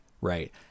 right